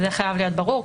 זה חייב להיות ברור.